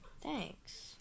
Thanks